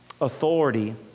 authority